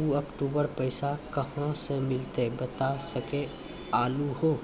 ऊ अक्टूबर पैसा कहां से मिलते बता सके आलू हो?